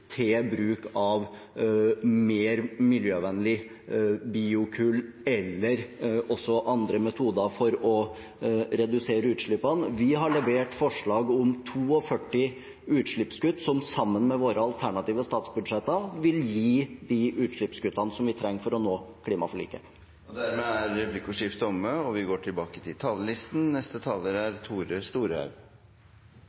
til bruk av mer miljøvennlig biokull eller andre metoder for å redusere utslippene. Vi har levert forslag om 42 utslippskutt, som sammen med våre alternative statsbudsjetter vil gi de utslippskuttene vi trenger for å nå klimaforliket. Replikkordskiftet er omme.